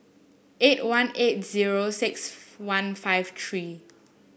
eight one eight zero six one five three